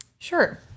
Sure